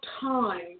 time